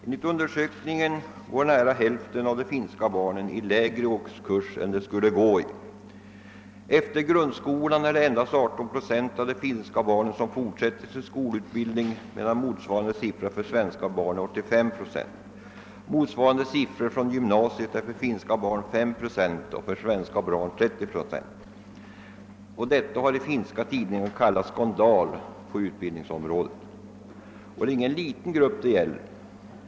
Enligt undersökningen går nära hälften av de finska barnen i en lägre årskurs än de borde. Efter grundskolan är det endast 18 procent av de finska barnen som fortsätter sin skolutbildning, medan motsvarande siffra för svenska barn är 85 procent. Motsvarande siffror för gymnasiet är för finska barn 5 procent och för svenska barn 30 procent. Detta har i finska tidningar kallats en skandal på utbildningsområdet. Det är inte någon liten grupp det gäller.